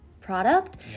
product